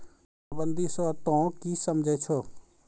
नोटबंदी स तों की समझै छौ